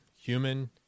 human